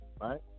right